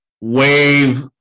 wave